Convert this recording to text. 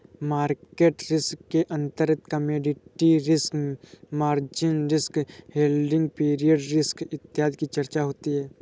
market risk के अंतर्गत commodity risk, margin risk, holding period risk इत्यादि की चर्चा होती है